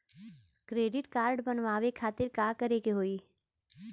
Credit card बनवावे खातिर का करे के होई?